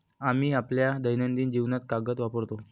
आम्ही आपल्या दैनंदिन जीवनात कागद वापरतो